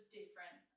different